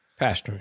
Pastoring